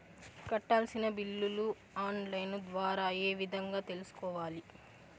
కట్టాల్సిన బిల్లులు online ద్వారా ఏ విధంగా తెలుసుకోవాలి?